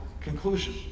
conclusion